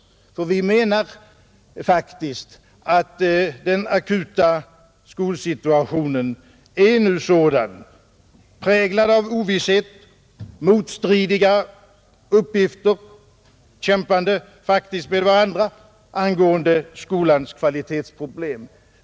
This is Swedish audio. Vi tycker att den akuta skolsituationen nu är präglad av ovisshet och motstridiga uppgifter — faktiskt kämpande med varandra — angående skolans kvalitetsproblem.